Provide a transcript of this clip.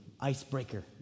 icebreaker